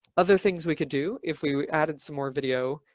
other things we could do, if we added some more video.